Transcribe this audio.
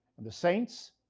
the saints,